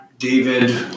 David